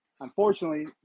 unfortunately